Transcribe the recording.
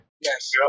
Yes